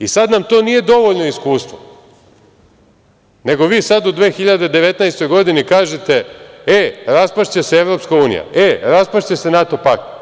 I sad nam to nije dovoljno iskustvo, nego vi sad u 2019. godini kažete – e, raspašće se Evropska unija, e, raspašće se NATO pakt.